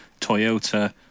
Toyota